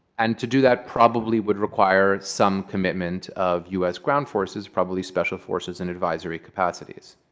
and to do that probably would require some commitment of us ground forces, probably special forces in advisory capacities.